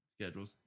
schedules